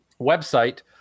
website